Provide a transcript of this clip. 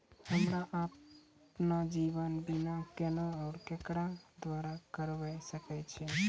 हमरा आपन जीवन बीमा केना और केकरो द्वारा करबै सकै छिये?